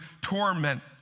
torment